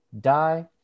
die